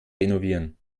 renovieren